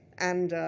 and,